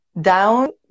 down